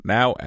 Now